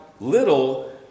little